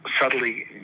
subtly